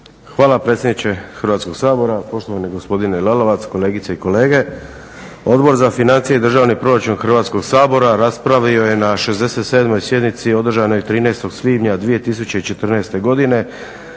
Hvala predsjedniče Hrvatskog sabora. Poštovani gospodine Lalovac, kolegice i kolege. Odbor za financije i državni proračun Hrvatskog sabora raspravio je na 67. sjednici održanoj 13. svibnja 2014. godine